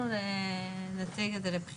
אנחנו נציג את זה לבחינה,